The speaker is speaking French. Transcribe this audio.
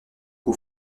cou